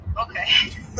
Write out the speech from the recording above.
Okay